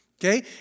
okay